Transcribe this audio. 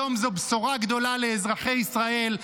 היום זו בשורה גדולה לאזרחי ישראל: